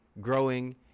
growing